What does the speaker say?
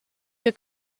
wir